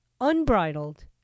unbridled